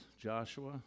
Joshua